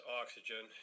oxygen